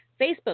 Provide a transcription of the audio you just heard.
Facebook